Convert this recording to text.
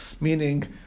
meaning